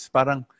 Parang